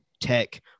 tech